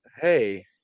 Hey